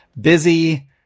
Busy